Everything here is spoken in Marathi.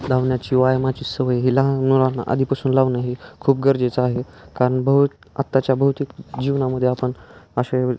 धावण्याच्या व्यायामाची सवय ही लहान मुलांना आधीपासून लावणं हे खूप गरजेचं आहे कारण बहुत आत्ताच्या भौतिक जीवनामध्ये आपण असे